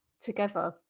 together